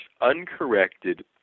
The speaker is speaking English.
uncorrected